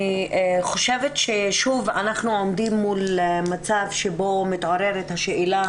אני חושבת ששוב אנחנו עומדים מול מצב שבו מתעוררת השאלה